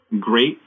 great